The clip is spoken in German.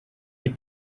sie